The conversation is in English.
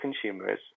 consumers